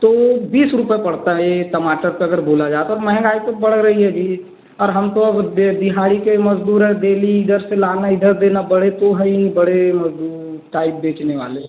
तो बीस रुपये पड़ता है टमाटर पर अगर बोला जाए पर महंगाई तो बढ़ रही है जी और हम तो अब दे दिहाड़ी के मजदुर हैं डेली इधर से लाना इधर देना पड़े तो है ही नहीं बड़े मजदुर टाइट बेचने वाले